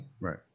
Right